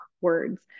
words